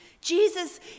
Jesus